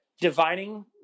divining